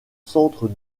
centre